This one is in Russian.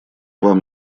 вам